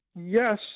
yes